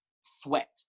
sweat